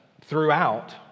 throughout